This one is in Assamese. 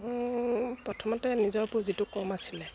প্ৰথমতে নিজৰ পুঁজিটো কম আছিলে